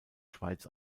schweiz